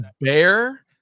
Bear